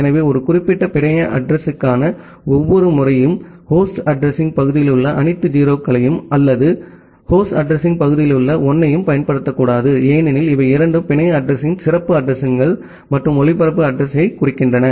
எனவே ஒரு குறிப்பிட்ட பிணைய அட்ரஸிங்க்கான ஒவ்வொரு முறையும் ஹோஸ்ட் அட்ரஸிங்ப் பகுதியிலுள்ள அனைத்து 0 களையும் அல்லது ஹோஸ்ட் அட்ரஸிங்ப் பகுதியிலுள்ள 1 ஐயும் பயன்படுத்தக்கூடாது ஏனெனில் இவை இரண்டும் பிணைய அட்ரஸிங்யின் சிறப்பு அட்ரஸிங்கள் மற்றும் ஒளிபரப்பு அட்ரஸிங்யைக் குறிக்கின்றன